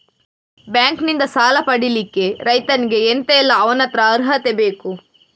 Bank ನಿಂದ ಸಾಲ ಪಡಿಲಿಕ್ಕೆ ರೈತನಿಗೆ ಎಂತ ಎಲ್ಲಾ ಅವನತ್ರ ಅರ್ಹತೆ ಬೇಕು?